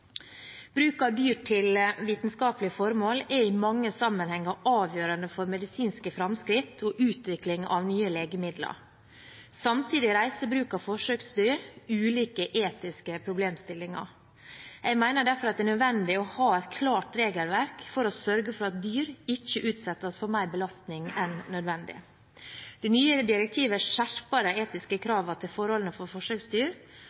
Bruk av dyr til vitenskapelige formål er i mange sammenhenger avgjørende for medisinske framskritt og utvikling av nye legemidler. Samtidig reiser bruk av forsøksdyr ulike etiske problemstillinger. Jeg mener derfor at det er nødvendig å ha et klart regelverk for å sørge for at dyr ikke utsettes for mer belastning enn nødvendig. Det nye direktivet skjerper de etiske kravene til forholdene for